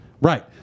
Right